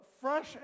fresh